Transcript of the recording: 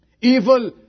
Evil